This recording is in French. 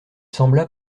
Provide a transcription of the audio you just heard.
sembla